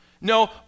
No